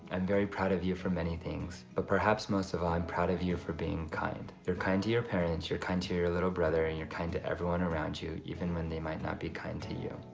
and very proud of you for many things but perhaps most of all i'm proud of you for being kind. you're kind to your parents, you're kind to your little brother, and you're kind to everyone around you even when they might not be kind to you.